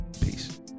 Peace